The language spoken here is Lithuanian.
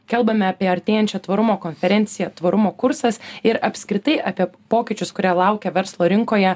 kalbame apie artėjančią tvarumo konferenciją tvarumo kursas ir apskritai apie pokyčius kurie laukia verslo rinkoje